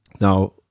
Now